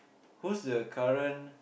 who's the current